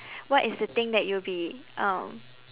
what is the thing that you will be um